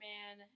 Man